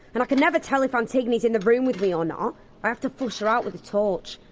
and i can never tell if antigone's in the room with me or not i have to flush her out with a torch.